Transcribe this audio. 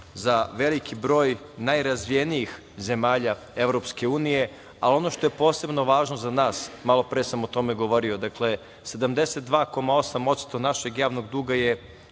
za veliki broj najrazvijenijih zemalja Evropske unije, a ono što je posebno važno za nas, malopre sam o tome govorio, dakle, 72,8% našeg javnog duga je